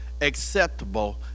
acceptable